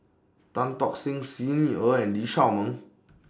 Tan Tock Seng Xi Ni Er and Lee Shao Meng